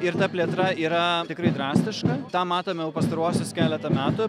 ir ta plėtra yra tikrai drastiška tą matome jau pastaruosius keletą metų